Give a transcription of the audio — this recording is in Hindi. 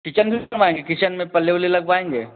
किचन भी बनवाएंगे किचन में पल्ले उल्ले लगवाएंगे